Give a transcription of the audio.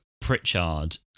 Pritchard